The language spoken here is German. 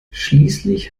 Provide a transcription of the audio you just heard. schließlich